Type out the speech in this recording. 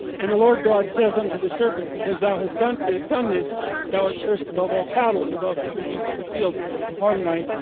and the lord god says unto the serpent because thou has done done this thou art cursed, above all cattle and above every beast of the field upon thy,